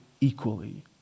equally